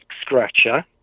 scratcher